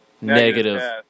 negative